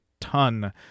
ton